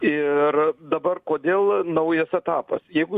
ir dabar kodėl naujas etapas jeigu